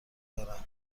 دارم